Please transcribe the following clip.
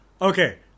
okay